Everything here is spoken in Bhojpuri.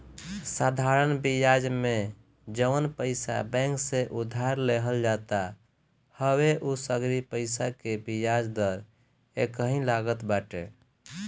साधरण बियाज में जवन पईसा बैंक से उधार लेहल जात हवे उ सगरी पईसा के बियाज दर एकही लागत बाटे